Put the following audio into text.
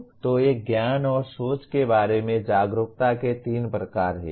तो ये ज्ञान और सोच के बारे में जागरूकता के तीन प्रकार हैं